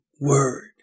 Word